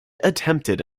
attempted